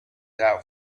out